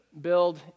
build